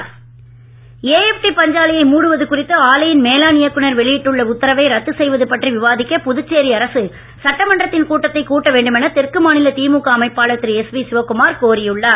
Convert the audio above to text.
இதர கட்சிகள் ஏஎப்டி பஞ்சாலையை மூடுவது குறித்து ஆலையின் மேலாண் இயக்குனர் வெளியிட்டுள்ள உத்தரவை ரத்து செய்வது பற்றிய விவாதிக்க புதுச்சேரி அரசு சட்டமன்றத்தின் கூட்டத்தை கூட்ட வேண்டும் என தெற்கு மாநில திமுக அமைப்பாளர் திரு எஸ்பி சிவக்குமார் கோரி உள்ளார்